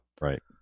Right